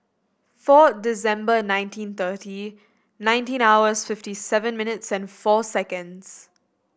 four December nineteen thirty nineteen hours fifty seven minutes and four seconds